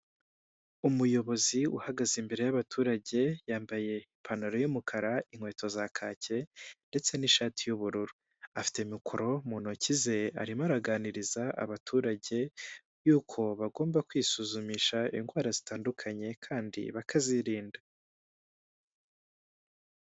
Umuyobozi uhagaze imbere y'abaturage yambaye ipantaro y'umukara inkweto za kake ndetse n'ishati y'ubururu, afite mikoro mu ntoki ze arimo araganiriza abaturage yuko bagomba kwisuzumisha indwara zitandukanye kandi bakazirinda.